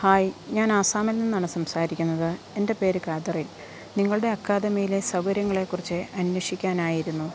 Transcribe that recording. hi ഞാൻ ആസാമിൽ നിന്നാണ് സംസാരിക്കുന്നത് എൻ്റെ പേര് കാതറീൻ നിങ്ങളുടെ അക്കാദമിയിലെ സൗകര്യങ്ങളെക്കുറിച്ച് അന്വേഷിക്കാനായിരുന്നു